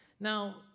Now